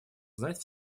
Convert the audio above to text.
знать